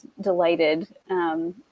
delighted